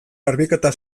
garbiketa